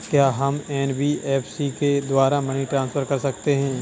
क्या हम एन.बी.एफ.सी के द्वारा मनी ट्रांसफर कर सकते हैं?